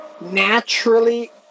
naturally